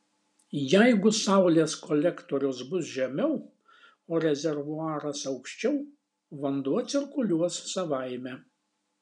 jeigu saulės kolektorius bus žemiau o rezervuaras aukščiau vanduo cirkuliuos savaime